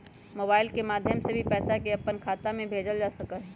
mobile के माध्यम से भी पैसा के अपन खाता में भेजल जा सका हई